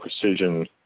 precision